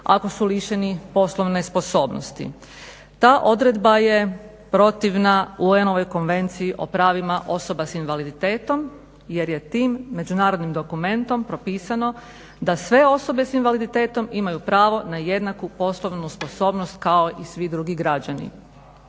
ako su lišeni poslovne sposobnosti. Ta odredba je protivna UN-ovoj konvenciji o pravima osoba s invaliditetom jer je tim međunarodnim dokumentom propisano da sve osobe s invaliditetom imaju pravo na jednaku poslovnu sposobnost kao i svi drugi građani.